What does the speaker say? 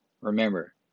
Remember